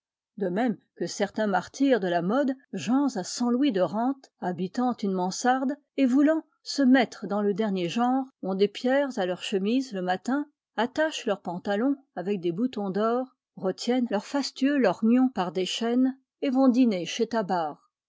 de même que certains martyrs de la mode gens à cent louis de rente habitant une mansarde et voulant se mettre dans le dernier genre ont des pierres à leur chemise le matin attachent leurs pantalons avec des boutons d'or retiennent leurs fastueux lorgnons par des iio traite chaînes et vont dîner chez tabar